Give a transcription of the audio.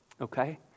okay